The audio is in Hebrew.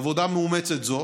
עבודה מאומצת זו